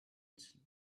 its